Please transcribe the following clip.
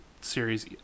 series